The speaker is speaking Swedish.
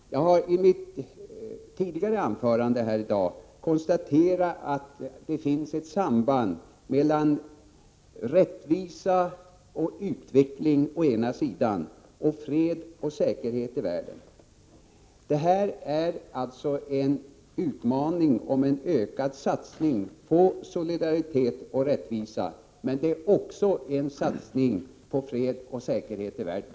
Jag har i mitt tidigare anförande här i dag konstaterat att det finns ett samband mellan rättvisa och utveckling å ena sidan och fred och säkerhet i världen å andra sidan. Detta är alltså en utmaning om en ökad satsning på solidaritet och rättvisa men också en satsning på fred och säkerhet i världen.